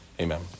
Amen